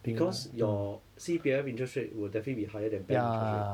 because your C_P_F interest rate will definitely be higher than bank interest rate